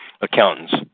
accountants